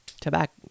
tobacco